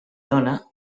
dona